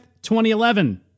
2011